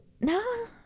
no